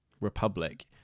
republic